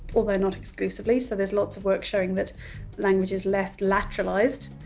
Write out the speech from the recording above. although not exclusively, so there's lots of work showing that language is left lateralized.